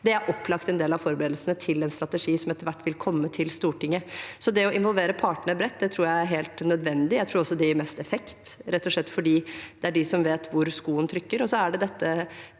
Det er opplagt en del av forberedelsene til en strategi som etter hvert vil komme til Stortinget. Å involvere partene bredt tror jeg er helt nødvendig. Jeg tror også det gir mest effekt, rett og slett fordi det er de som vet hvor skoen trykker.